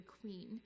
queen